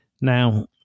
Now